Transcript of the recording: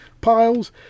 piles